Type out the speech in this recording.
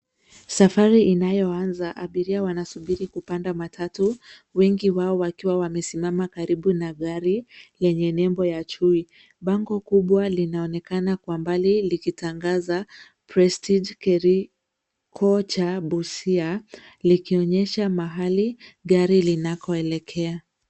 Safari inayoanza abiria wanasubiri kupanda matatu wengi wao wakiwa wamesimama karibu na gari yenye nembo ya chui. Bango kubwa linaonekana kwa mbali likitangaza Prestige Carry Coach Busia, likionyesha mahali gari linakoelekea.